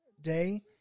day